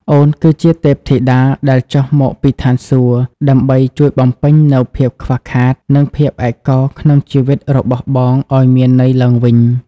អូនគឺជាទេពធីតាដែលចុះមកពីឋានសួគ៌ ដើម្បីជួយបំពេញនូវភាពខ្វះខាត និងភាពឯកោក្នុងជីវិតរបស់បងឱ្យមានន័យឡើងវិញ។